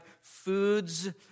foods